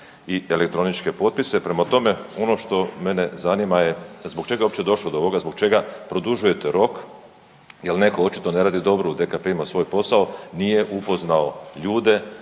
i elektroničke potpise. Prema tome, ono što mene zanima je zbog čega je uopće došlo do ovoga, zbog čega produžujete rok, jel neko očito ne radi dobro u DKP-ima svoj posao, nije upoznao ljude